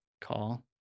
call